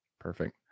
Perfect